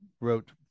wrote